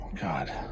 god